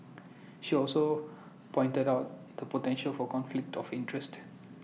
she also pointed out the potential for conflict of interest